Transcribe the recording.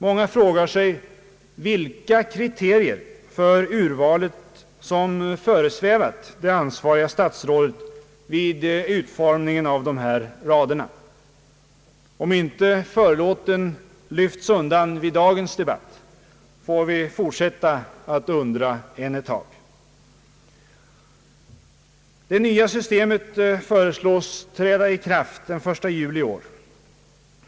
Många frågar sig vilka kriterier för urvalet som föresvävat det ansvariga statsrådet vid utformningen av dessa rader. Om inte förlåten lyfts undan vid dagens debatt får vi fortsätta att undra ytterligare en tid. Det nya systemet föreslås träda i kraft den 1 juli i år.